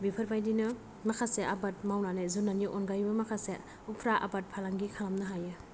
बेफोरबायदिनो माखासे आबाद मावनानै जुनारनि अनगायैबो माखासे उफ्रा आबाद फालांगि खालामनो हायो